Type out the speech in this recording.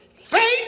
Faith